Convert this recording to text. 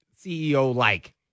CEO-like